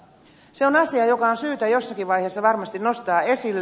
se on asia joka on syytä jossakin vaiheessa varmasti nostaa esille